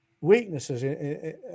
weaknesses